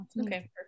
Okay